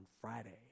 Friday